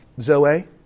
Zoe